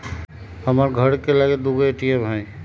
हमर घर के लगे दू गो ए.टी.एम हइ